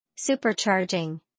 Supercharging